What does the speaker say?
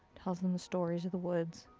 tells them the stories of the woods.